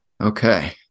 Okay